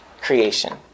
creation